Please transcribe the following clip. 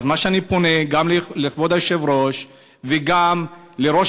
אז אני פונה גם לכבוד היושב-ראש וגם לראש